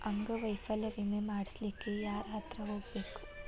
ಅಂಗವೈಫಲ್ಯ ವಿಮೆ ಮಾಡ್ಸ್ಲಿಕ್ಕೆ ಯಾರ್ಹತ್ರ ಹೊಗ್ಬ್ಖು?